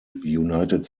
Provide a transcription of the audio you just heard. united